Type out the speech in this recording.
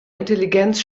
intelligenz